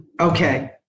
okay